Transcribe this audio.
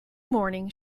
morning